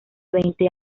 veinte